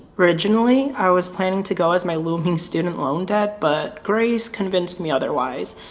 originally, i was planning to go as my looming student loan debt, but grace convinced me otherwise,